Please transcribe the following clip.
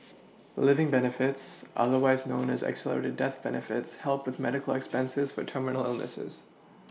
living benefits otherwise known as accelerated death benefits help with medical expenses for terminal illnesses